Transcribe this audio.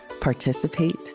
participate